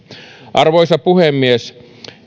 arvoisa puhemies